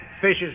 fishes